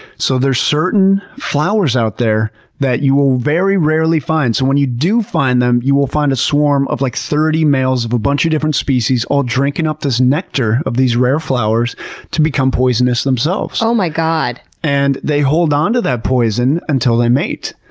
so there's certain flowers out there that you will very rarely find. so when you do find them, you will find a swarm of like, thirty males of a bunch of different species, all drinking up the nectar of these rare flowers to become poisonous themselves. oh my god! and they hold onto that poison until they mate.